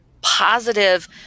positive